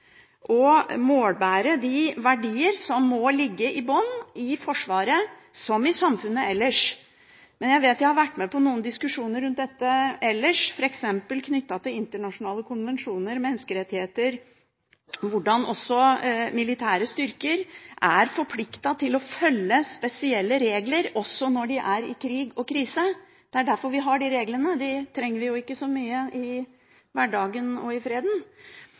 målbære de verdier som må ligge i bunnen – i Forsvaret som i samfunnet ellers. Men jeg vet at jeg har vært med på noen diskusjoner rundt dette ellers, f.eks. knyttet til internasjonale konvensjoner, menneskerettigheter og hvordan også militære styrker er forpliktet til å følge spesielle regler også når de er i krig og krise. Det er derfor vi har de reglene – vi trenger dem jo ikke så mye i hverdagen og i freden